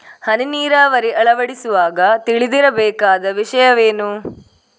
ಹನಿ ನೀರಾವರಿ ಅಳವಡಿಸುವಾಗ ತಿಳಿದಿರಬೇಕಾದ ವಿಷಯವೇನು?